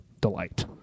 delight